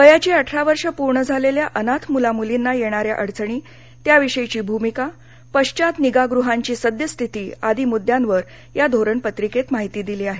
वयाची अठरा वर्षे पूर्ण झालेल्या अनाथ मुला मुलींना येणाऱ्या अडचणी त्याविषयीची भूमिका पश्वात निगा गृहांची सद्यस्थिती आदि मुद्द्यांवर या धोरण पत्रिकेत माहिती दिली आहे